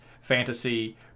fantasy